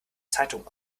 zeitung